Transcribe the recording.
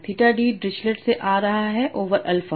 theta d Dirichlet से आ रहा है ओवर अल्फा